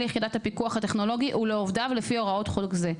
יחידת הפיקוח הטכנולוגי ולעובדיו לפי הוראות חוק זה.